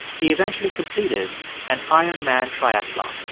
he eventually completed an ironman triathlon.